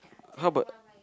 how about